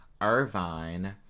Irvine